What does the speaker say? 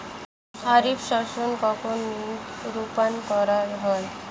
খারিফ শস্য কখন রোপন করা হয়?